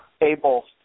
able